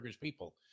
people